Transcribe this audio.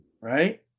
Right